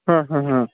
হ্যাঁ হ্যাঁ হ্যাঁ